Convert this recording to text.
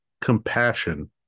compassion